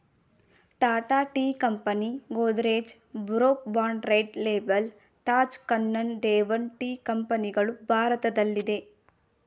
Tata tea company, Godrej, Brooke Bond Red Label, Taj Kannan Devan tea ಕಂಪನಿಗಳು ಭಾರತದಲ್ಲಿದೆ